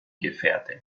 gefertigt